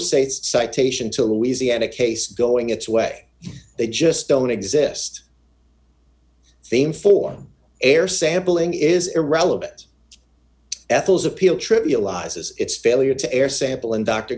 safe citation to louisiana case going its way they just don't exist same for air sampling is irrelevant ethel's appeal trivializes its failure to air sample in dr